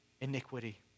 iniquity